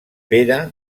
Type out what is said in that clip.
pere